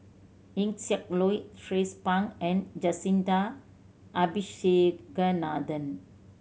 Eng Siak Loy Tracie Pang and Jacintha Abisheganaden